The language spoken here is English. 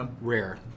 rare